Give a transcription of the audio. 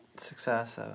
Success